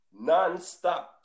nonstop